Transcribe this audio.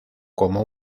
como